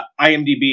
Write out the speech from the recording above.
IMDb